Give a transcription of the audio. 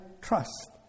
trust